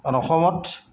অসমত